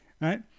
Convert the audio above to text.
right